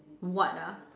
what ah